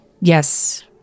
Yes